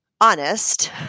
honest